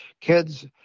kids